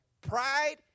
Pride